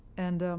and